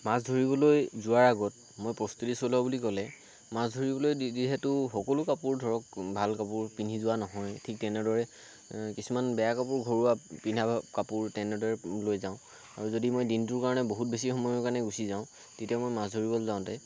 মাছ ধৰিবলৈ যোৱাৰ আগত মই প্ৰস্তুতি চলোৱা বুলি ক'লে মাছ ধৰিবলৈ যিহেতু সকলো কাপোৰ ধৰক ভাল কাপোৰ পিন্ধি যোৱা নহয় ঠিক তেনেদৰে কিছুমান বেয়া কাপোৰ ঘৰুৱা পিন্ধা কাপোৰ তেনেদৰে লৈ যাওঁ আৰু যদি মই দিনটোৰ কাৰণে বহুত বেছি সময়ৰ কাৰণে গুচি যাওঁ তেতিয়া মই মাছ ধৰিবলৈ যাওঁতে